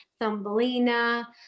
Thumbelina